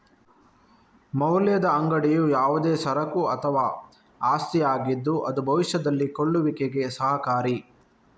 ಮೌಲ್ಯದ ಅಂಗಡಿಯು ಯಾವುದೇ ಸರಕು ಅಥವಾ ಆಸ್ತಿಯಾಗಿದ್ದು ಅದು ಭವಿಷ್ಯದಲ್ಲಿ ಕೊಳ್ಳುವಿಕೆಗೆ ಸಹಕಾರಿ